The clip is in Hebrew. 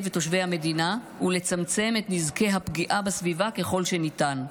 ותושבי המדינה ולצמצם את נזקי הפגיעה בסביבה ככל שניתן.